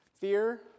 Fear